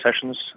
sessions